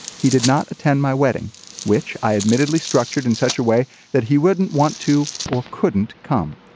he did not attend my wedding which i admittedly structured in such a way that he wouldn't want to or couldn't come.